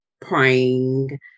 praying